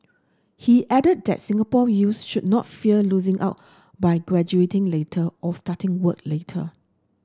he added that Singapore youths should not fear losing out by graduating later or starting work later